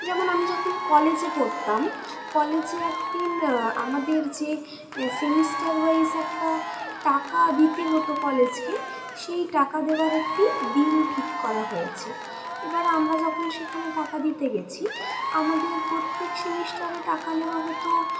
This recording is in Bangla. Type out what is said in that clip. যেমন আমি যখন কলেজে পড়তাম কলেজে একদিন আমাদের যে সেমিস্টার ওয়াইজ একটা টাকা দিতে হতো কলেজকে সেই টাকা দেওয়ার একটি দিন ঠিক করা হয়েছে এবার আমরা যখন সেখানে টাকা দিতে গেছি আমাদের প্রত্যেক সেমিস্টারের টাকা নেওয়া হতো